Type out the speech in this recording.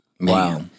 Wow